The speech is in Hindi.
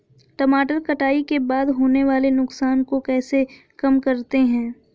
टमाटर कटाई के बाद होने वाले नुकसान को कैसे कम करते हैं?